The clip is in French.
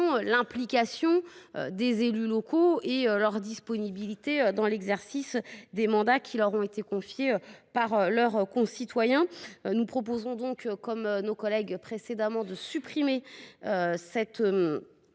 l’implication des élus locaux et de leur grande disponibilité dans l’exercice des mandats qui leur ont été confiés par leurs concitoyens, nous proposons donc, comme nos collègues, de supprimer cette